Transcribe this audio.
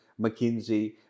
McKinsey